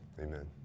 Amen